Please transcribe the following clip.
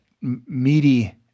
meaty